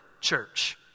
church